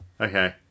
okay